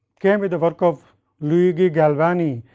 came with the work of luigi galvani,